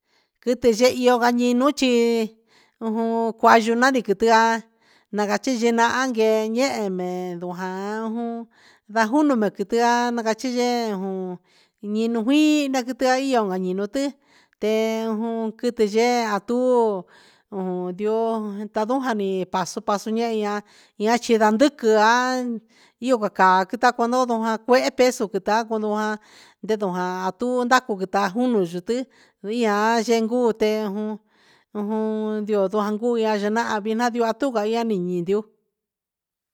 Quitɨ yehe iyo cani nuun chi ujun cuayu nandi quitian na cachi yee juun i un cuii quiti a io a ni uti te jum quiti yee a tu ndioo ta nduja ni pasu pasu e ia a chi ra ndiquia yuvaca ticuatu nundo cuehe pesu quita su pua ndendo jaa a tu ndacu quita jun yuti via xencuu te jun ndioo jaan ndu ndia ja xanahan via nahan tuva niani ndu.